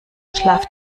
schlaf